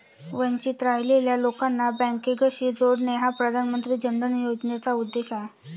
वंचित राहिलेल्या लोकांना बँकिंगशी जोडणे हा प्रधानमंत्री जन धन योजनेचा उद्देश आहे